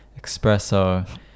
espresso